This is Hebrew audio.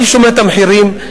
אני שומע את המחירים,